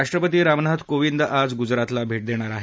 राष्ट्रपती रामनाथ कोविंद आज गुजरातला भेट देणार आहेत